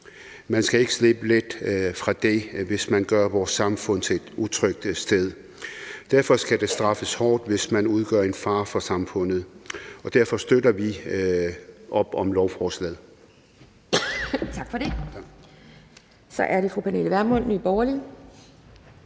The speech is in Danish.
Man skal ikke slippe let fra det, hvis man gør vores samfund til et utrygt sted. Derfor skal det straffes hårdt, hvis man udgør en fare for samfundet, og derfor støtter vi op om lovforslaget. Kl. 16:47 Anden næstformand (Pia